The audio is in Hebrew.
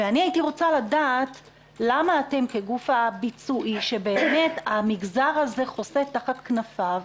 אני רוצה לדעת למה אתם כגוף ביצועי שבאמת המגזר הזה חוסה תחת כנפיו,